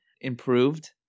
improved